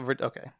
okay